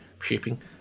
shipping